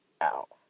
out